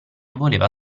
voleva